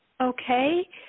Okay